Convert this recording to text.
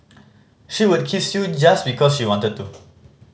she would kiss you just because she wanted to